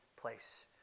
place